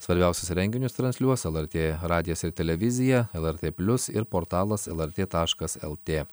svarbiausius renginius transliuos lrt radijas ir televizija lrt plius ir portalas lrt taškas lt